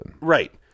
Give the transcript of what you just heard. right